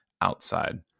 outside